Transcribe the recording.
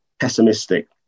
pessimistic